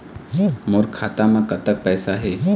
मोर खाता म कतक पैसा हे?